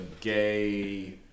gay